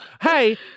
Hey